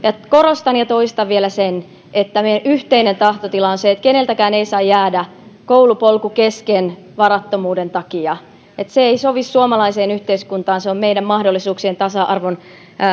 korostan ja toistan vielä että meidän yhteinen tahtotilamme on se että keneltäkään ei saa jäädä koulupolku kesken varattomuuden takia se ei sovi suomalaiseen yhteiskuntaan se on meidän mahdollisuuksien tasa arvon